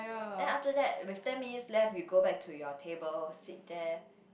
then after that with ten minutes left you go back to your table seat there